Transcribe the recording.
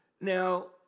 Now